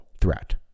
threat